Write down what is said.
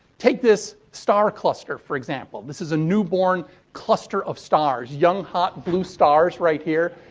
take this star cluster for example. this is a newborn cluster of stars. young, hot, blue stars, right here,